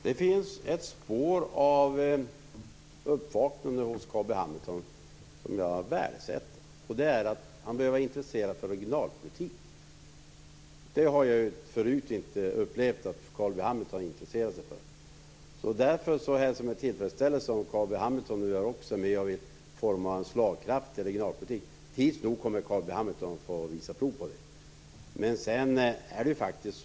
Herr talman! Det finns ett spår av uppvaknande hos Carl B Hamilton som jag värdesätter, nämligen att han börjar intressera sig för regionalpolitik. Det har jag tidigare aldrig upplevt att Carl B Hamilton har intresserat sig för. Därför hälsar jag med tillfredsställelse om Carl B Hamilton nu också vill vara med och forma en slagkraftig regionalpolitik. Tids nog kommer Carl B Hamilton att få visa prov på detta.